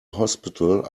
hospital